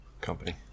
Company